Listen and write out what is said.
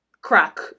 Crack